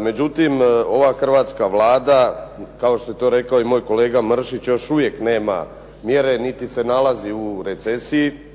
Međutim, ova hrvatska Vlada, kao što je to rekao i moj kolega Mršić, još uvijek nema mjere niti se nalazi u recesiji.